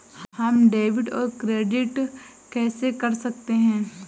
हम डेबिटऔर क्रेडिट कैसे कर सकते हैं?